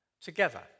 together